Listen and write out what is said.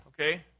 okay